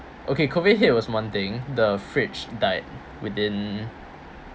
okay COVID hit was one thing the fridge died within